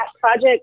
project